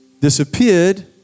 disappeared